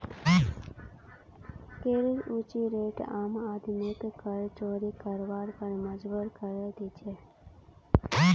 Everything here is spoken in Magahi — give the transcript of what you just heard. करेर ऊँची रेट आम आदमीक कर चोरी करवार पर मजबूर करे दी छे